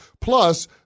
Plus